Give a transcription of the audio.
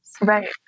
Right